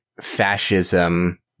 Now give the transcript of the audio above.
fascism